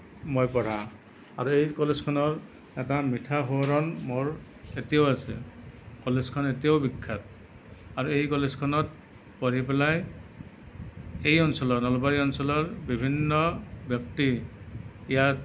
মই পঢ়া আৰু এই কলেজখনৰ এটা মিঠা সোঁৱৰণ মোৰ এতিয়াও আছে কলেজখন এতিয়াও বিখ্যাত আৰু এই কলেজখনত পঢ়ি পেলাই